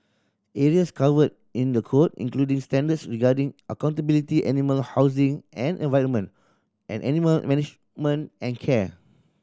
areas covered in the code including standards regarding accountability animal housing and environment and animal management and care